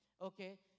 Okay